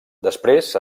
després